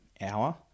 hour